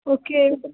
okay